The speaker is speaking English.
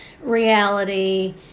reality